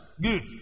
good